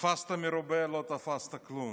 תפסת מרובה, לא תפסת כלום.